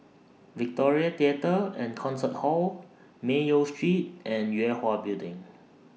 Victoria Theatre and Concert Hall Mayo Street and Yue Hwa Building